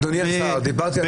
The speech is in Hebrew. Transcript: אדוני השר, דיברתי על המסר.